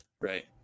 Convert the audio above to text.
Right